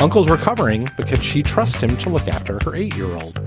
uncle's recovering because she trust him to look after her eight year old.